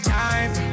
time